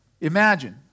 imagine